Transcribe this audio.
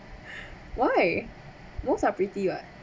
why most are pretty what